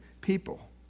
people